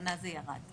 שבכוונה זה ירד.